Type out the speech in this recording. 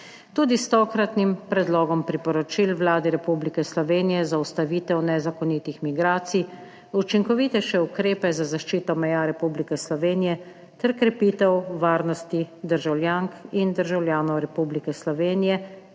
Tudi s tokratnim predlogom priporočil Vladi Republike Slovenije za ustavitev nezakonitih migracij, učinkovitejše ukrepe za zaščito meja Republike Slovenije ter krepitev varnosti državljank in državljanov Republike Slovenije